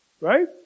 Right